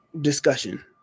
discussion